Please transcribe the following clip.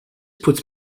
puts